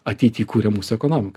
ateity kuria mūsų ekonomiką